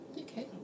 Okay